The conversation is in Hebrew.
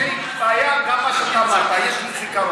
אין לי בעיה גם עם מה שאתה אמרת, יש לי זיכרון.